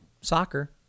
soccer